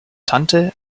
tante